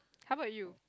how about you